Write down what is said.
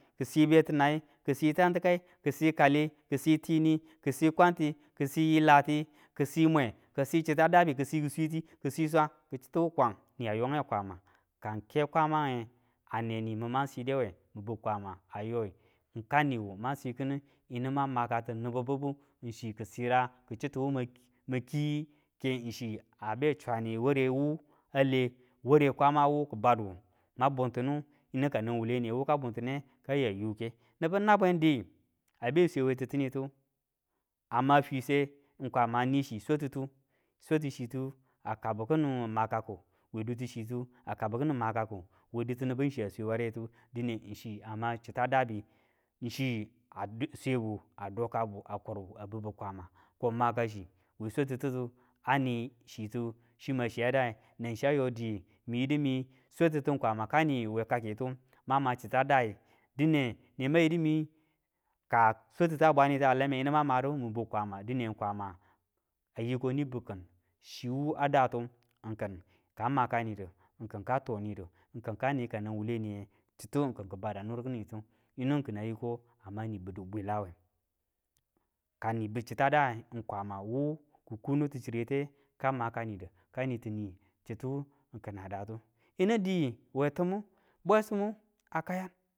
Kisi beti nai kisi tantikai kisi kali, kisi tini, kisi kwanti, kisi lati, kisi mwe kisi chita dabitu kisi kiswiti, kisi swang ti chitiwu kwang niya yonge ng kwama, ka ng ke kwamange a neni min mang sidewa kwama a yoi ng kau ni wu mang si kine mang makati nibu ng chi ki sira ki chitu ma mang ki keng chi a be swane ware wu a le ware kwama wu ki badu mang buntidu yinu kanan wuwule niye wu ka bunti ne kaya yukee nibu nabwen di abe swe wetitinitu a ma fiswe kwama ani chi swatitu, swatu chitu a ka bu kini makaku we duti chitu a kabuy kini makaku we dutichitu a kabu kini makaku we dutu ni bu bibu chiya swe waretu dine ng chi a ma chita dabi n chi a swebu a dokabu a kurbu a bibu kwama ko makachi we swatu titu a ni chitu nchi ma chiya dannang chiyo di mi yidi mi swatuti kwama ka niyu we kakitu man ma chiya dai, dine ne mang yidi mi ka swatita bwaneta lame yinu mang madu min biu kwama dine kwama a yiko ni biu kin chiwu a datu ng kin ka makanidu kinka toni du ka ni kanang wuwule niye chitu kin ki bada nurkinitu, yinu kin a yi ko ni bidu bwilawe, ka ni biu chita dange kwama wu ki ku nutu chirete ka makanidu ka nituni chitu kina datu. Yinu di we timure bwesimu a kayan.